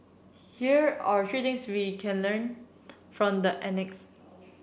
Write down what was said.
here are three things we can learn from the annex